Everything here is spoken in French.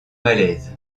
malaise